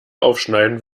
aufschneiden